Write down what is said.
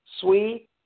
sweet